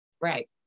right